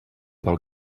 del